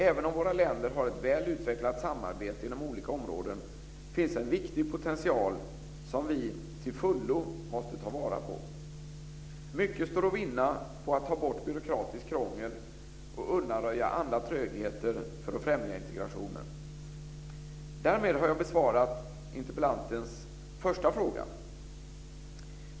Även om våra länder har ett väl utvecklat samarbete inom olika områden finns en viktig potential som vi till fullo måste ta vara på. Mycket står att vinna på att ta bort byråkratiskt krångel och undanröja andra trögheter för att främja integrationen. Därmed har jag besvarat interpellantens första fråga.